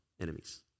enemies